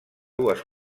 dues